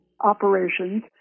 operations